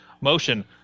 Motion